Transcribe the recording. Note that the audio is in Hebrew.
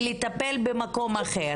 ולטפל במקום אחר.